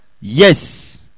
yes